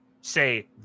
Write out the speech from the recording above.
say